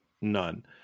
None